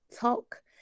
talk